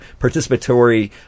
participatory